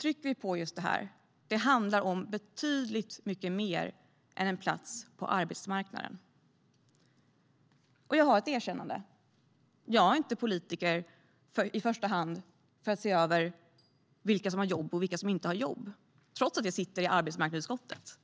trycker vi på just detta, att det handlar om betydligt mer än en plats på arbetsmarknaden. Jag har ett erkännande att göra: Jag är inte politiker i första hand för att se över vilka som har jobb och vilka som inte har jobb, trots att jag sitter i arbetsmarknadsutskottet.